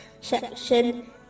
section